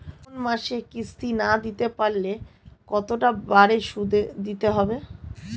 কোন মাসে কিস্তি না দিতে পারলে কতটা বাড়ে সুদ দিতে হবে?